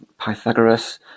Pythagoras